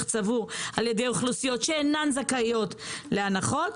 צבור על ידי אוכלוסיות שאינן זכאיות להנחות.